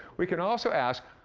we can also ask,